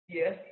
Yes